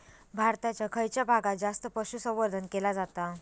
भारताच्या खयच्या भागात जास्त पशुसंवर्धन केला जाता?